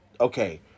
okay